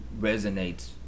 resonates